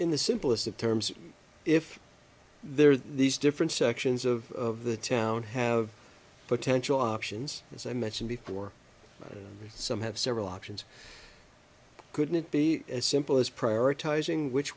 in the simplest of terms if there are these different sections of the town have potential options as i mentioned before some have several options couldn't be as simple as prioritizing which